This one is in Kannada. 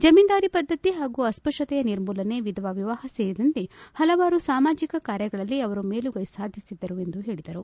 ಜಮೀನ್ದಾರಿ ಪದ್ಧತಿ ಹಾಗೂ ಅಸ್ಪತ್ತತೆಯ ನಿರ್ಮೂಲನೆ ವಿಧವಾ ವಿವಾಪ ಸೇರಿದಂತೆ ಹಲವಾರು ಸಾಮಾಜಕ ಕಾರ್ಯಗಳಲ್ಲಿ ಅವರು ಮೇಲುಗೈ ಸಾಧಿಸಿದ್ದರು ಎಂದು ಹೇಳಿದರು